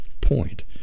point